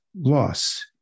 loss